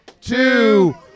two